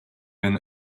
been